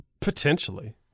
Potentially